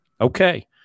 Okay